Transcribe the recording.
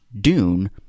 Dune